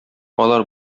алар